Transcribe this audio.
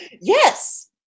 Yes